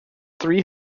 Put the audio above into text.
three